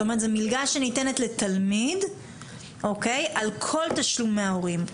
זאת אומרת זו מלגה שניתנת לתלמיד על כל תשלומי ההורים.